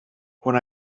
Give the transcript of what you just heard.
when